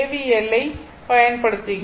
L ஐப் பயன்படுத்துகிறோம்